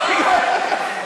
הרצל.